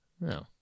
no